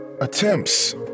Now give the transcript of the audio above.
Attempts